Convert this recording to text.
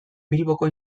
bilboko